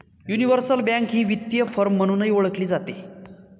universal bank ही वित्तीय firm म्हणूनही ओळखली जाते